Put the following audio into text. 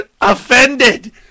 offended